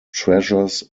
treasures